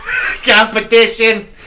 Competition